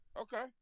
Okay